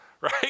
Right